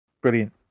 Brilliant